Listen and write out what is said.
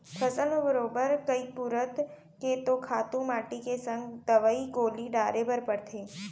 फसल म बरोबर कइ पुरूत के तो खातू माटी के संग दवई गोली डारे बर परथे